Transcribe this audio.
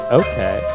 okay